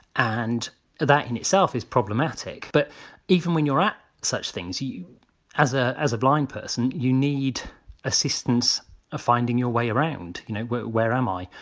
and that in itself is problematic but even when you're at such things, as ah as a blind person, you need assistance of finding your way around, you know where am i.